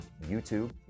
YouTube